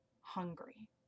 hungry